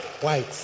White